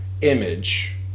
image